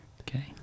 Okay